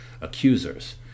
accusers